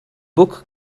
book